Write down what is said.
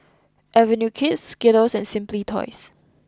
Avenue Kids Skittles and Simply Toys